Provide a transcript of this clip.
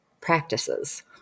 practices